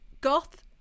goth